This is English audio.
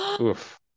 Oof